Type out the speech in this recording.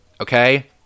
Okay